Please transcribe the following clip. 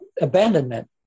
abandonment